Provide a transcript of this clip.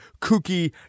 kooky